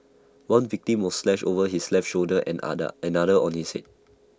one victim was slashed over his left shoulder and other another on his Head